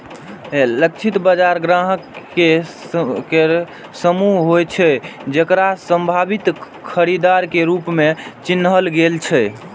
लक्षित बाजार ग्राहक केर समूह होइ छै, जेकरा संभावित खरीदार के रूप मे चिन्हल गेल छै